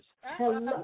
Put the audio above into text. Hello